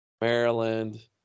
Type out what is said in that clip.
Maryland